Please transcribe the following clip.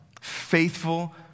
faithful